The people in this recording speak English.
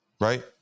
Right